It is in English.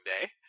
Day